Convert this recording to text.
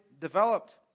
developed